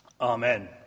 Amen